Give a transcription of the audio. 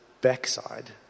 backside